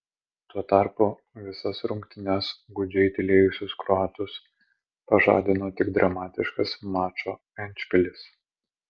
tuo tarpu visas rungtynes gūdžiai tylėjusius kroatus pažadino tik dramatiškas mačo endšpilis